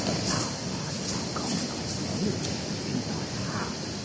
now hast thou got thy enemy in thy hand.